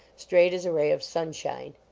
straight as a ray of sunshine.